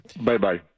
Bye-bye